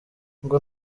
ngo